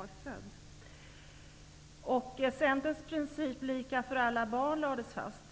Centerns princip att det skall vara lika för alla barn lades fast.